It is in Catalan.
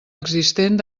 existent